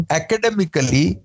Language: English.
academically